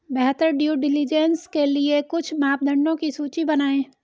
बेहतर due diligence के लिए कुछ मापदंडों की सूची बनाएं?